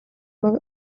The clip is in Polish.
mogę